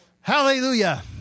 Hallelujah